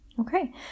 Okay